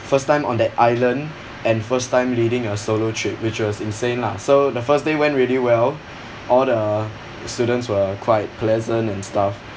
first time on that island and first time leading a solo trip which was insane lah so the first day went really well all the students were quite pleasant and stuff